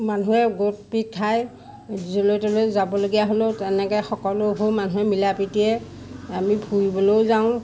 মানুহে গোট পিট খাই য'লৈ তলৈ যাবলগীয়া হ'লেও তেনেকৈ সকলোবোৰ মানুহে মিলা প্ৰীতিৰে আমি ফুৰিবলৈও যাওঁ